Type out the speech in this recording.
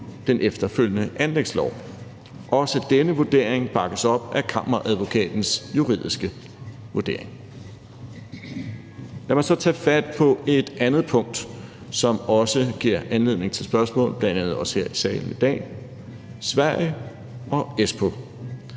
den efterfølgende anlægslov. Også denne vurdering bakkes op af Kammeradvokatens juridiske vurdering. Lad mig så tage fat på et andet punkt, som også giver anledning til spørgsmål, bl.a. også her i salen i dag, nemlig Sverige og Espoo.